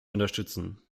unterstützen